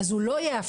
אז הוא לא יאפשר,